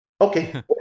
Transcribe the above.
Okay